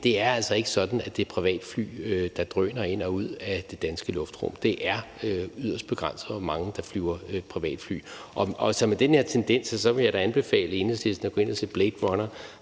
Igen er det ikke sådan, at det er privatfly, der drøner ind og ud af det danske luftrum. Det er yderst begrænset, hvor mange der flyver privatfly. Med den her tendens vil jeg da anbefale Enhedslisten at gå ind og se »Blade Runner«,